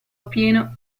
appieno